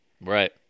Right